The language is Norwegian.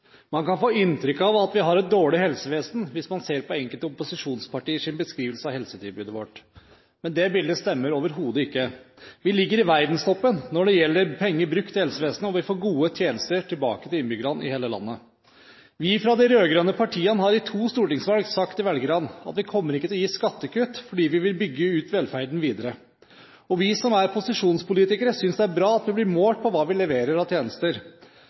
Man kan få inntrykk av at vi har et dårlig helsevesen hvis man ser på enkelte opposisjonspartiers beskrivelse av helsetilbudet vårt. Men det bildet stemmer overhodet ikke. Vi ligger i verdenstoppen når det gjelder penger brukt i helsevesenet, og vi får gode tjenester tilbake til innbyggerne i hele landet. Vi fra de rød-grønne partiene har i to stortingsvalg sagt til velgerne at vi kommer ikke til å gi skattekutt, fordi vi vil bygge ut velferden videre. Og vi, som er posisjonspolitikere, synes det er bra at vi blir målt på hva vi leverer av tjenester